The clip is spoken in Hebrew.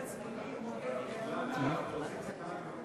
מי שיברך את חברת הכנסת טלי פלוסקוב בשם